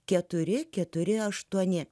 keturi keturi aštuoni